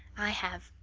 i have,